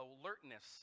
alertness